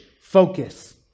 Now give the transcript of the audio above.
focus